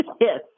Yes